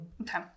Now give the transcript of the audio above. Okay